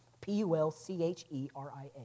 P-U-L-C-H-E-R-I-A